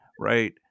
right